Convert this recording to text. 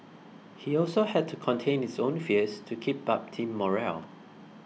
he also had to contain his own fears to keep up team morale